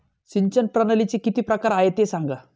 सिंचन प्रणालीचे किती प्रकार आहे ते सांगा